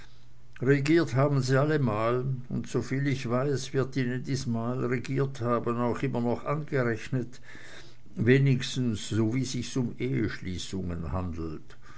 regiert haben sie alle mal und soviel ich weiß wird ihnen dies mal regiert haben auch immer noch angerechnet wenigstens sowie sich's um eheschließungen handelt